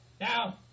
Now